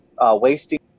wasting